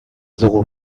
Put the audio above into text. dugu